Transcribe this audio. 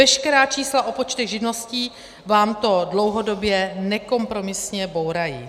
Veškerá čísla o počtech živností vám to dlouhodobě nekompromisně bourají.